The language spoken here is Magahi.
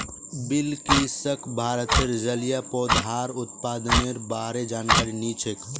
बिलकिसक भारतत जलिय पौधार उत्पादनेर बा र जानकारी नी छेक